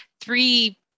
three